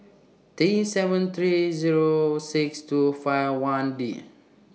Day seven three Zero six two five one D